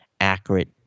accurate